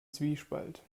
zwiespalt